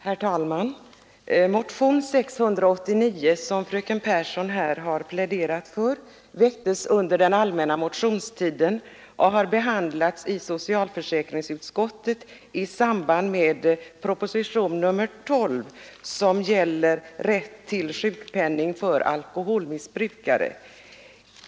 Herr talman! Motionen 689, som fröken Pehrsson här har pläderat för, väcktes under den allmänna motionstiden och har behandlats i socialförsäkringsutskottet i samband med proposition nr 12, som gäller rätt till sjukpenning för alkoholmissbrukare.